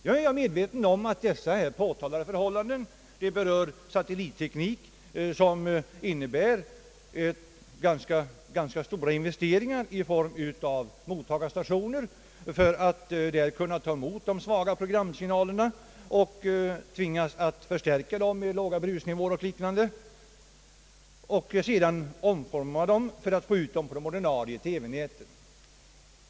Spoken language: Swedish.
Nu är jag medveten om att denna teknik med telesatelliter innebär ganska stora investeringar i mottagarstationer, som kan fånga upp de svaga programsignalerna, förstärka dem med låga brusnivåer etc. och sedan omforma dem för att få ut dem på det ordinarie TV-nätet.